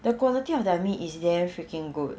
the quality of their meat is damn freaking good